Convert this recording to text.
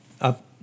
up